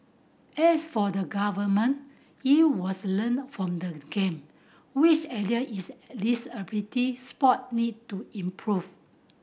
as for the Government it was learnt from the Game which area is disability sport need to improved